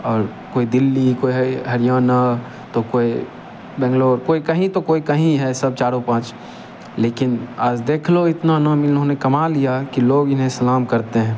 और कोई दिल्ली कोई हरियाणा तो कोई बंगलौर कोई कहीं तो कोई कहीं हैं सब चारों पाँच लेकिन आज देख लो इतना इन्होंने कमा लिया है कि लोग इन्हें सलाम करते हैं